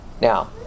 Now